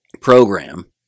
program